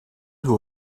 who